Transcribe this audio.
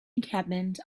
encampment